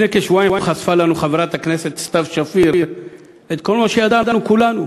לפני כשבועיים חשפה לפנינו חברת הכנסת סתיו שפיר את כל מה שידענו כולנו